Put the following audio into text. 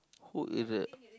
put it there